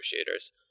negotiators